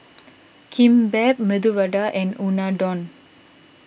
Kimbap Medu Vada and Unadon